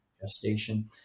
gestation